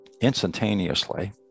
instantaneously